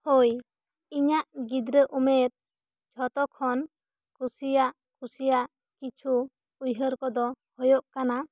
ᱦᱚᱭ ᱤᱧᱟᱹᱜ ᱜᱤᱫᱽᱨᱟᱹ ᱩᱢᱮᱨ ᱡᱷᱚᱛᱚ ᱠᱷᱚᱱ ᱠᱩᱥᱤᱭᱟᱜ ᱠᱩᱥᱤᱭᱟᱜ ᱠᱤᱪᱷᱩ ᱩᱭᱦᱟᱹᱨ ᱠᱚ ᱫᱚ ᱦᱩᱭᱩᱜ ᱠᱟᱱᱟ